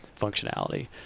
functionality